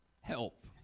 help